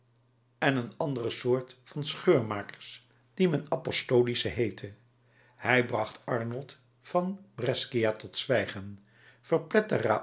en een andere soort van scheurmakers die men apostolischen heette hij bracht arnold van brescia tot zwijgen